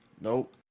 Nope